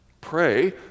Pray